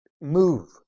move